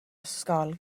ysgol